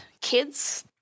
kids